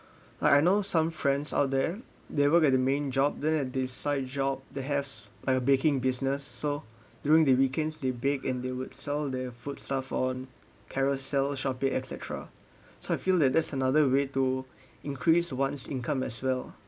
like I know some friends out there they will get the main job then at the side job they has like a baking business so during the weekends the bake and they would sell their food stuff on Carousell Shopee etcetera so I feel that there's another way to increase one's income as well